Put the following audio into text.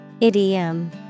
Idiom